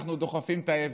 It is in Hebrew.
אנחנו דוחפים את האבן,